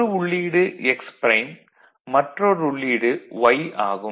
ஒரு உள்ளீடு x prime மற்றொரு உள்ளீடு y ஆகும்